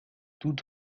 tout